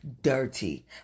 dirty